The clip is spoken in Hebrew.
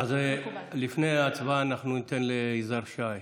לפני ההצבעה, אנחנו ניתן ליזהר שי,